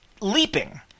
leaping